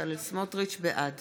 בעד